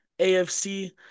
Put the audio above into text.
AFC